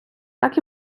так